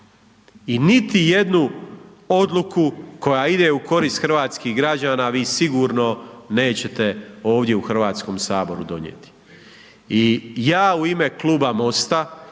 I niti jednu odluku koja ide u korist hrvatskih građana vi sigurno nećete ovdje u Hrvatskom saboru donijeti. I ja u ima Kluba MOST-a,